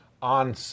on